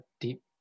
deep